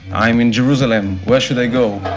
i'm in jerusalem, where should i go?